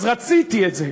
אז רציתי את זה.